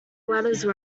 latter